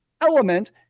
element